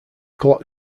clock